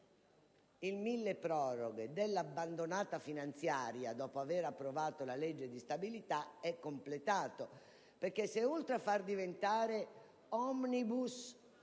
il milleproroghe - della abbandonata finanziaria, dopo avere approvato la legge di stabilità, è completato, perché se oltre a far diventare *omnibus*